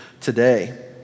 today